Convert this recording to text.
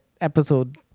episode